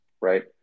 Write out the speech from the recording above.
right